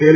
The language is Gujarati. એલ